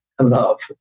love